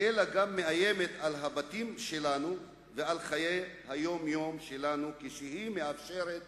אלא גם מאיימת על הבתים שלנו ועל חיי היום-יום שלנו כשהיא מאפשרת